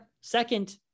Second